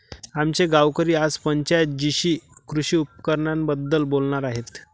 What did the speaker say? आमचे गावकरी आज पंचायत जीशी कृषी उपकरणांबद्दल बोलणार आहेत